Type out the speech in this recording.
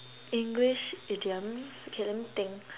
English idioms okay let me think